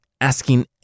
asking